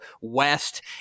West